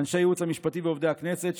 לאנשי הייעוץ המשפטי ועובדי הכנסת,